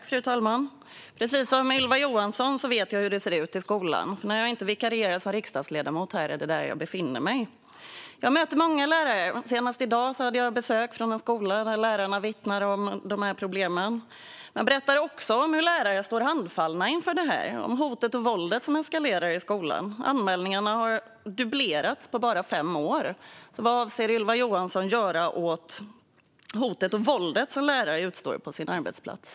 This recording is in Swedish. Fru talman! Precis som Ylva Johansson vet jag hur det ser ut i skolan, för när jag inte vikarierar som riksdagsledamot här är det där jag befinner mig. Jag möter många lärare. Senast i dag hade jag besök från en skola där lärarna vittnar om de här problemen. Man berättar också om hur lärare står handfallna inför hotet och våldet som eskalerar i skolan. Anmälningarna har dubblerats på bara fem år. Vad avser Ylva Johansson att göra åt hotet och våldet som lärare får utstå på sin arbetsplats?